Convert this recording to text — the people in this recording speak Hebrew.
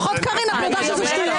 לפחות, קארין, את מודה שזה שטויות.